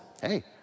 Hey